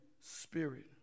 Spirit